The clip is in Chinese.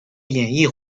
演艺